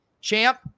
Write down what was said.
champ